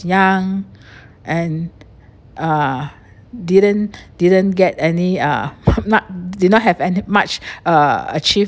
young and uh didn't didn't get any ah I'm not did not have any much uh achieve~